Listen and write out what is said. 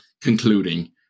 Concluding